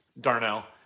Darnell